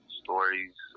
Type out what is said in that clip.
stories